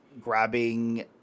grabbing